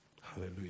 Hallelujah